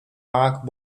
mark